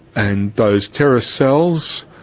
and those terrorist cells,